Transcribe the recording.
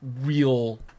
real